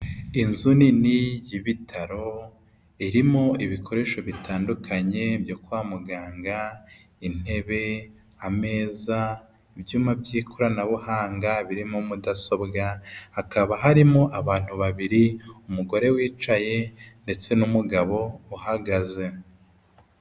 Inzu nini y'ibitaro, irimo ibikoresho bitandukanye byo kwa muganga; intebe, ameza, ibyuma by'ikoranabuhanga birimo mudasobwa. Hakaba harimo abantu babiri, umugore wicaye ndetse n'umugabo uhagaze.